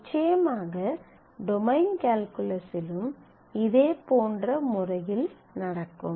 நிச்சயமாக டொமைன் கால்குலஸிலும் இதேபோன்ற முறையில் நடக்கும்